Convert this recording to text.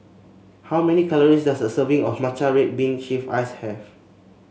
how many calories does a serving of matcha red bean shave ice have